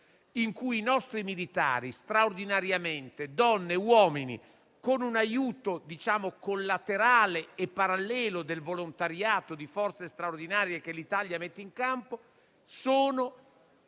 insieme ai nostri militari, donne e uomini, con un aiuto collaterale e parallelo del volontariato di forze straordinarie che l'Italia mette in campo, sono